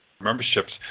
memberships